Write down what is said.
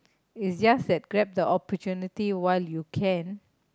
is just that grab the opportunity while you can